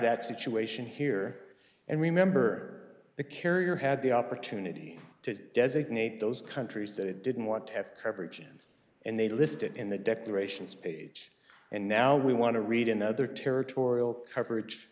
that situation here and remember the carrier had the opportunity to designate those countries that didn't want to have coverage and they listed in the declarations page and now we want to read another territorial coverage